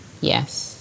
Yes